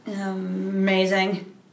Amazing